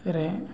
ରେ